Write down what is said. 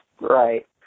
Right